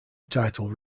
title